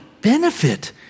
benefit